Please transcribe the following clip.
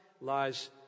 lies